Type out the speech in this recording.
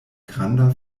granda